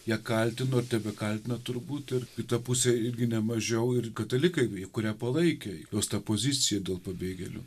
ją kaltino ir tebekaltina turbūt ir kita pusė irgi ne mažiau ir katalikai kurie palaikė jos tą poziciją dėl pabėgėlių